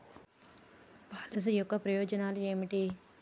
Policy యొక్క ప్రయోజనాలు ఏమిటి?